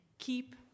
Keep